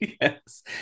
Yes